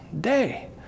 day